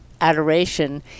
adoration